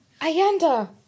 Ayanda